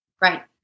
Right